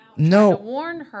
No